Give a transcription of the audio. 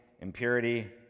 impurity